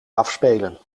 afspelen